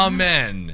Amen